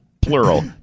plural